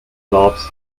laughs